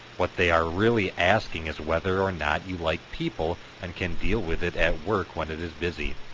what they are really asking is whether or not you like people and can deal with it at work when it is busy.